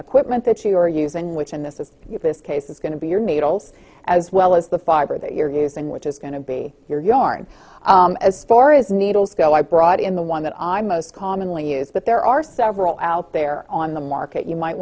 equipment that you are using which in this is this case is going to be your needles as well as the fiber that you're using which is going to be your yarn as far as needles go i brought in the one that i most commonly use that there are several out there on the market you might